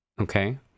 Okay